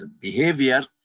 behavior